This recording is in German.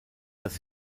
das